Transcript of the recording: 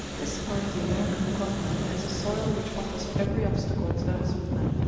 this part of the american continent has a soil which offers every obstacle to the husbandman,